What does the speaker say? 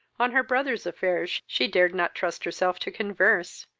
on her brother's affairs she dared not trust herself to converse,